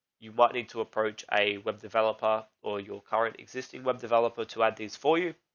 you might need to approach a web developer or your current existing web developer to add these for you.